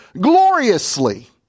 gloriously